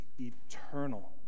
eternal